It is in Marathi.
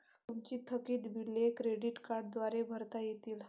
तुमची थकीत बिले क्रेडिट कार्डद्वारे भरता येतील